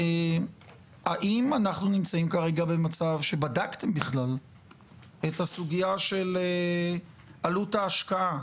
האם אנחנו נמצאים כרגע במצב שבדקתם בכלל את הסוגיה של עלות ההשקעה?